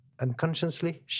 unconsciously